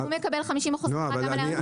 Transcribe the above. אבל הוא מקבל 50% הנחה גם על הערך הצבור.